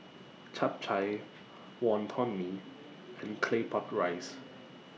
Chap Chai Wonton Mee and Claypot Rice